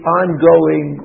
ongoing